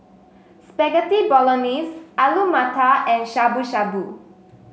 Spaghetti Bolognese Alu Matar and Shabu Shabu